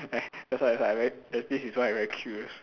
eh that's why that's why I very this is why I very curious